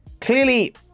clearly